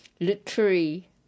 literary